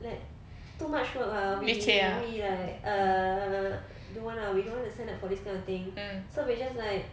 like too much work ah we we we like err don't want ah we don't want to sign up for this kind of thing so we just like